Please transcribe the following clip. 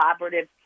collaborative